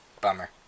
Bummer